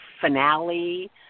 finale